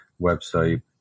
website